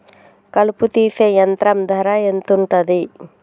కలుపు తీసే యంత్రం ధర ఎంతుటది?